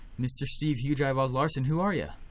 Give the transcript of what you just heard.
mr. steve huge eyeball's larsen, who are ya?